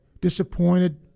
Disappointed